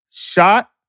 Shot